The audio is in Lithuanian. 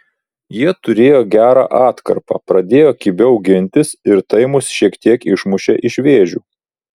jie turėjo gerą atkarpą pradėjo kibiau gintis ir tai mus šiek tiek išmušė iš vėžių